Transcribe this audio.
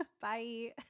Bye